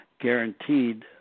guaranteed